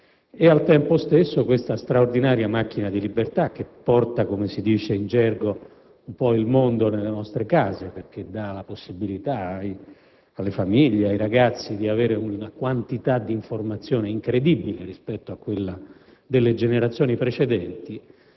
Al tempo stesso, questa straordinaria macchina di libertà, che porta - come si dice in gergo - un po' il mondo nelle nostre case, perché dà la possibilità alle famiglie e ai ragazzi di avere una quantità di informazioni incredibile rispetto alle generazioni precedenti,